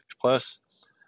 plus